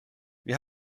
wir